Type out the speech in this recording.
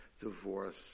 divorce